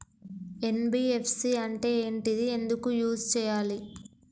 NBFC అంటే ఏంటిది ఎందుకు యూజ్ చేయాలి?